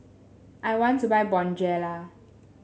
I want to buy Bonjela